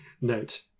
Note